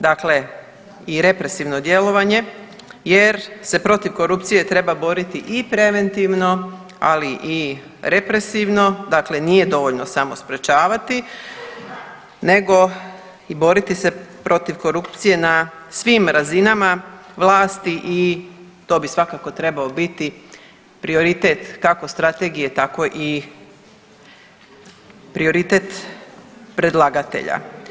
Dakle i represivno djelovanje jer se protiv korupcije treba boriti i preventivno, ali i represivno dakle nije dovoljno samo sprječavati nego i boriti se protiv korupcije na svim razinama vlasti i to bi svakako trebao biti prioritet kako strategije tako i prioritet predlagatelja.